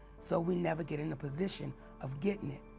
so we never get in the position of getting it.